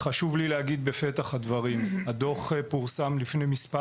חשוב לי להגיד בפתח הדברים שהדוח פורסם לפני מספר